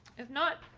if not,